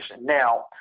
Now